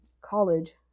college